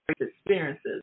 experiences